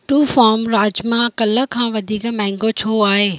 two फॉर्म राजमा कल्ह खां वधीक महांगो छो आहे